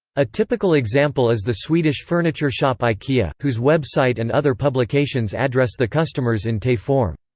a typical example is the swedish furniture shop ikea, whose web site and other publications address the customers in te form.